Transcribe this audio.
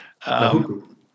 Nahuku